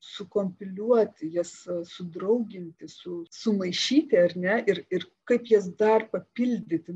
sukompiliuoti jas sudrauginti sumaišyti ar ne ir ir kaip jas dar papildyti